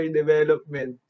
development